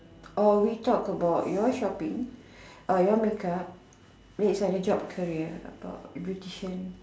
or we talk about your shopping or your makeup then it's like your job career about beautician